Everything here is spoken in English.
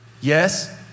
Yes